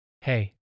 hey